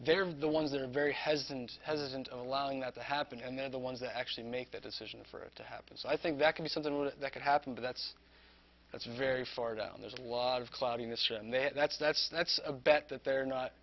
very the ones that are very has and hasn't and allowing that to happen and they're the ones that actually make that decision for it to happen so i think that can be something with that could happen but that's that's very far down there's a lot of cloudiness and then that's that's that's a bet that they're not